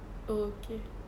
okay